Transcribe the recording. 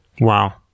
Wow